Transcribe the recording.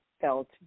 felt